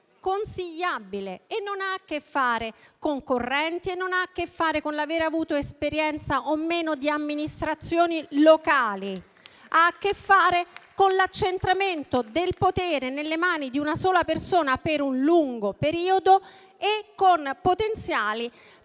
consigliabile e non ha a che fare con le correnti e non ha a che fare con l'avere avuto esperienza o meno di amministrazioni locali. Ha a che fare con l'accentramento del potere nelle mani di una sola persona per un lungo periodo e con potenziali